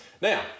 Now